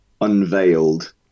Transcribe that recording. unveiled